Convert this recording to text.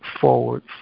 forward